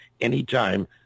anytime